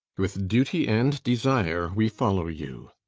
with duty and desire we follow you.